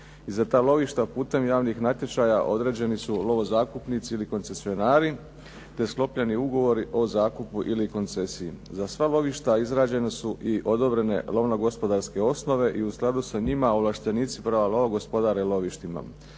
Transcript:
Za ta lovišta putem javnih natječaja određeni su lovozakupnici ili koncesionari te sklopljeni ugovori o zakupu ili koncesiji. Za sva lovišta izrađene su i odobrene lovno gospodarske osnove i u skladu sa njima ovlaštenici prava lova gospodare lovištima.